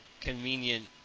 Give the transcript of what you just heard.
convenient